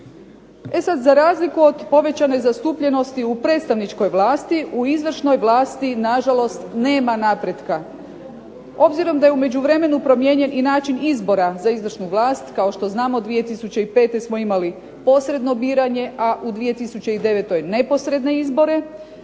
E sada za razliku od povećane zastupljenosti u predstavničkoj vlasti u izvršnoj vlasti na žalost nema napretka. Obzirom da je u međuvremenu promijenjen i način izbora za izvršnu vlast, kao što znamo 2005. smo imali posredno biranje u 2009. neposredne izbore,